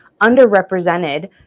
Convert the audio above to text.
underrepresented